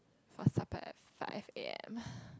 for supper at five a_m